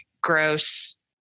gross